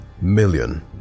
million